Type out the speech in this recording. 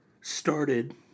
started